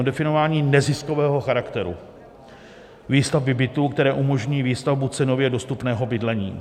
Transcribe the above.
Definováním neziskového charakteru výstavby bytů, které umožní výstavbu cenově dostupného bydlení.